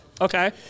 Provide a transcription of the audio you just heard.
Okay